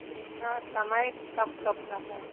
कितना समय कब कब का है